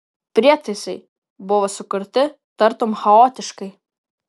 prietaisai buvo sukurti tartum chaotiškai